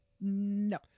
no